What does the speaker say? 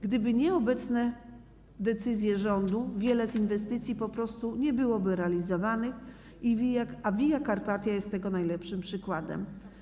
Gdyby nie obecne decyzje rządu, wiele z inwestycji po prostu nie byłoby realizowanych, a Via Carpatia jest tego najlepszym przykładem.